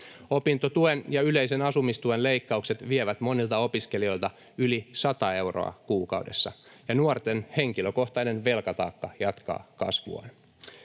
Opintotuen ja yleisen asumistuen leikkaukset vievät monilta opiskelijoilta yli 100 euroa kuukaudessa, ja nuorten henkilökohtainen velkataakka jatkaa kasvuaan.